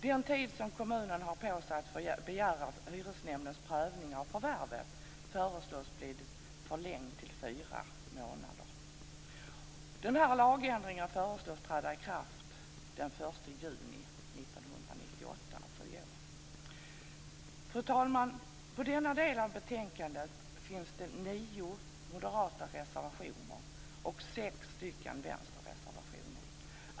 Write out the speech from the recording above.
Den tid som kommunen har på sig att begära hyresnämndens prövning av förvärvet föreslås bli förlängd till fyra månader. Fru talman! Till denna del av betänkandet finns det nio moderata reservationer och sex vänsterreservationer.